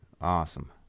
awesome